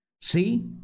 See